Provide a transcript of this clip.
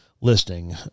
listing